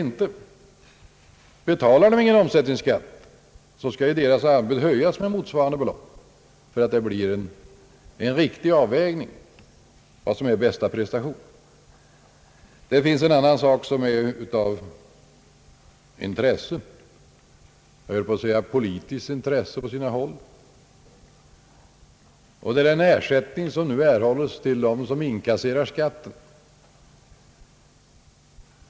Betalar företaget ingen omsättningsskatt, skall dess anbud räknas upp med motsvarande belopp, så att det kan bli en riktig avvägning av vad som skall anses som bästa prestation. En annan sak som är av intresse — jag höll på att säga av politiskt intresse på sina håll är den ersättning som utgår till dem som inkasserar skatten.